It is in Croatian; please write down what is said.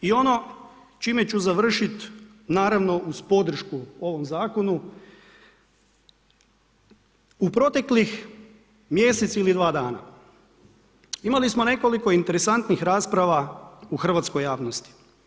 I ono čime ću završiti naravno uz podršku ovom zakonu, u proteklih mjesec ili dva dana imali smo nekoliko interesantnih rasprava u hrvatskoj javnosti.